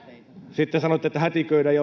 sitten sanoitte että hätiköidään